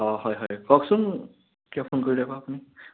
অঁ হয় হয় কওকচোন কিয় ফোন কৰিলে বা আপুনি